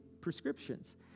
prescriptions